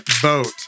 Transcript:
vote